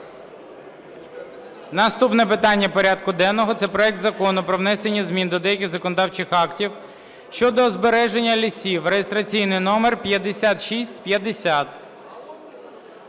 Наступне питання порядку денного. Це Проект Закону про внесення змін до деяких законодавчих актів щодо збереження лісів (реєстраційний номер 5650).